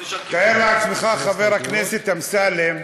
תאר לעצמך, חבר הכנסת אמסלם,